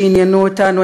שעניינו אותנו,